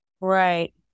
Right